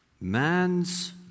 man's